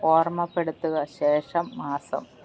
ഓര്മപ്പെടുത്തുക ശേഷം മാസം